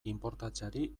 inportatzeari